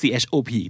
chop